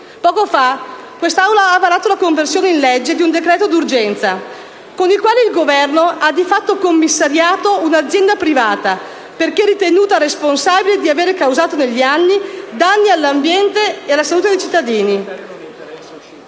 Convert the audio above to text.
Poco fa, questa Assemblea ha approvato la conversione in legge di un decreto-legge con il quale il Governo ha di fatto commissariato un'azienda privata perché ritenuta responsabile di avere causato negli anni danni all'ambiente e alla salute dei cittadini.